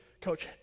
Coach